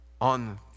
on